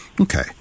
Okay